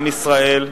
עם ישראל,